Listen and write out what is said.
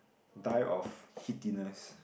die of heatiness